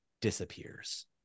disappears